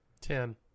Ten